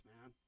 man